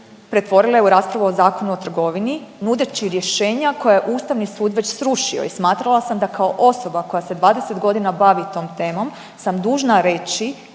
pretvorile u raspravu o Zakonu o trgovini nudeći rješenja koja je Ustavni sud već srušio. I smatrala sam da kao osoba koja se 20 godina bavi tom temom sam dužna reći